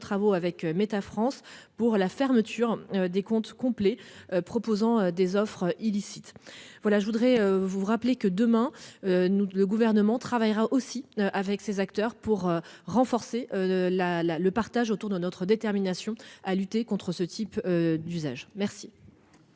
travaux avec Meta France pour la fermeture des comptes complets, proposant des offres illicites. Voilà, je voudrais vous rappeler que demain nous le gouvernement travaillera aussi avec ses acteurs pour renforcer la la le partage autour de notre détermination à lutter contre ce type d'usage. Merci.--